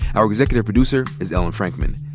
our executive producer is ellen frankman.